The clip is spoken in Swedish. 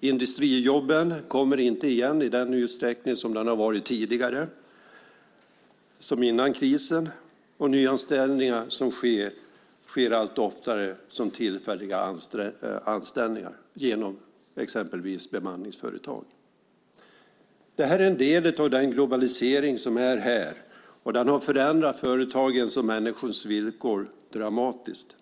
Industrijobben kommer inte igen i samma utsträckning som tidigare, som före krisen. Och nyanställningar sker allt oftare som tillfälliga anställningar genom exempelvis bemanningsföretag. Det här är en del av den globalisering som är här. Den har förändrat företagens och människornas villkor dramatiskt.